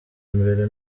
imbere